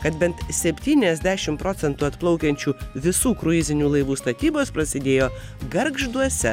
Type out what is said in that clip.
kad bent septyniasdešim procentų atplaukiančių visų kruizinių laivų statybos prasidėjo gargžduose